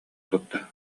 турда